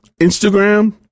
Instagram